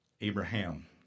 Abraham